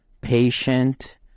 patient